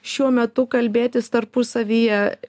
šiuo metu kalbėtis tarpusavyje